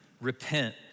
repent